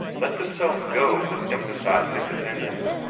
let themselves go with emphasized independence,